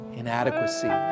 inadequacy